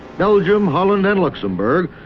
belgium, holland and luxemburg.